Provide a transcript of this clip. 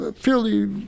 fairly